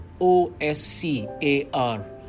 O-S-C-A-R